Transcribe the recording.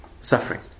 suffering